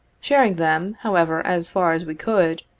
sharing them, however, as far as we could,